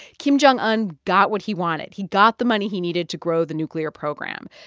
kim jong un got what he wanted. he got the money he needed to grow the nuclear program.